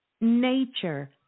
nature